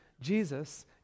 Jesus